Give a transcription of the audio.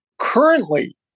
Currently